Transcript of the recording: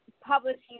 publishing